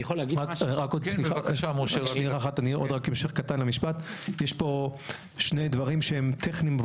עוד המשך קטן למשפט: יש פה שני דברים שהם טכניים,